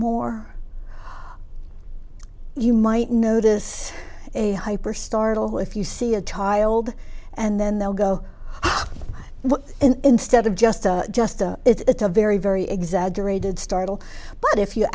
more you might notice a hyper startle if you see a child and then they'll go up and instead of just a just a it's a very very exaggerated startle but if you